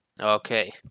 Okay